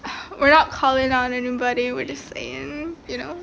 we're not calling on anybody we're just saying you know